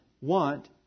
want